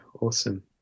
awesome